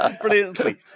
brilliantly